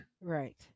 Right